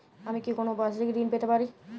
আমি কি কোন বাষিক ঋন পেতরাশুনা?